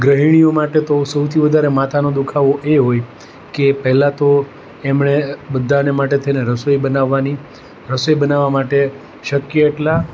ગૃહિણીઓ માટે તો સૌથી વધારે માથાનો દુઃખાવો એ હોય કે પહેલાં તો એમણે બધાને માટે થઈને રસોઈ બનાવવાની રસોઈ બનાવવા માટે શક્ય એટલા